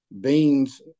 beans